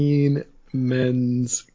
Men's